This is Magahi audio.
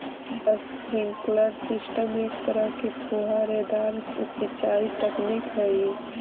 स्प्रिंकलर सिस्टम एक तरह के फुहारेदार सिंचाई तकनीक हइ